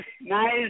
nice